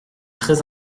très